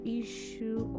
issue